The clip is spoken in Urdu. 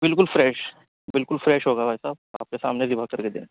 بالکل فریش بالکل فریش ہوگا بھائی صاحب آپ کے سامنے ذبح کر کے دیں گے